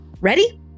Ready